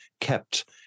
kept